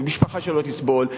והמשפחה שלו תסבול.